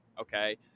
Okay